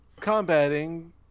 combating